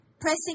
Pressing